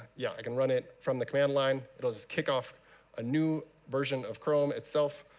yeah i can run it from the command line. it'll just kick off a new version of chrome itself,